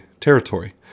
territory